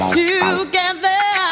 together